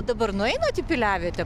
dabar nueinat į piliavietę